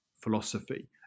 philosophy